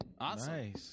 Awesome